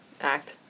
Act